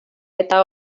eta